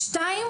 דבר שני,